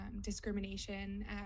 discrimination